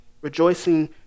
rejoicing